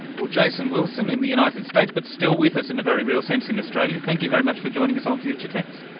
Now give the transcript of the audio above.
jason wilson in the united states but still with us in a very real sense in australia, thank you very much for joining us on future tense.